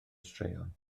straeon